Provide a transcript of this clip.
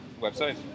website